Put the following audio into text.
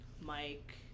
Mike